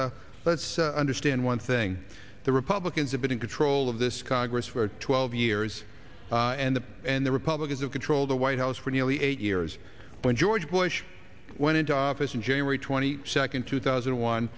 let's understand one thing the republicans have been in control of this congress for twelve years and the and the republicans who control the white house for nearly eight years when george bush went into office in january twenty second two thousand and one